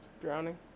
drowning